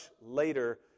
later